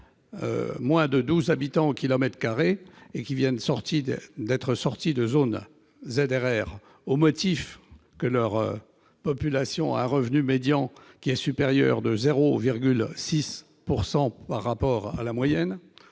moins de 12 habitants au kilomètre carré et qui vient de sortir d'une ZRR au motif que sa population a un revenu médian supérieur de 0,6 % par rapport à la moyenne-